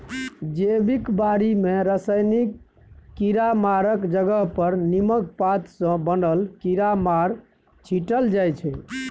जैबिक बारी मे रासायनिक कीरामारक जगह पर नीमक पात सँ बनल कीरामार छीटल जाइ छै